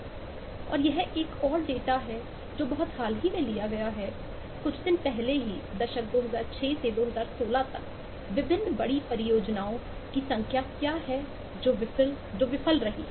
और यह एक और डेटा है जो बहुत हाल ही में लिया गया है कुछ दिन पहले ही दशक 2006 से 2016 तक विभिन्न बड़ी परियोजनाओं की संख्या क्या है जो विफल रही हैं